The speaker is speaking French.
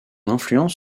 influence